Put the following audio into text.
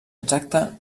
exacta